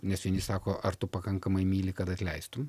nes vieni sako ar tu pakankamai myli kad atleistum